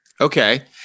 Okay